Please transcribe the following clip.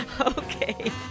Okay